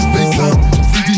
FaceTime